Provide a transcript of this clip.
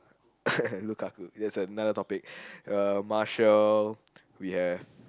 Lukaku that's another topic Martial we have